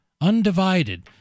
undivided